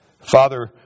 Father